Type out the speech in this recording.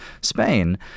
Spain